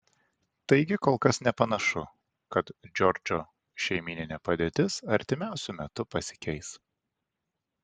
taigi kol kas nepanašu kad džordžo šeimyninė padėtis artimiausiu metu pasikeis